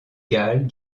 galles